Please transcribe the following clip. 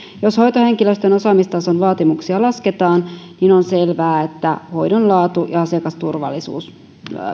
jos hoitohenkilöstön osaamistason vaatimuksia lasketaan niin on selvää että hoidon laatu ja asiakasturvallisuus